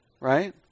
right